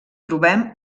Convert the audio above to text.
trobem